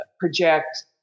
project